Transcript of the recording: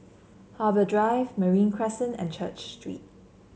Harbour Drive Marine Crescent and Church Street